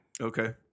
Okay